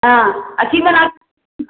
ꯑꯥ ꯑꯁꯤ ꯃꯅꯥꯛꯇ